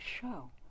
show